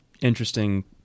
interesting